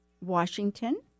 Washington